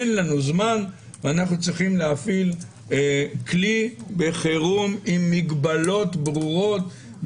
אין לנו זמן ואנחנו צריכים להפעיל כלי בחירום עם מגבלות ברורות,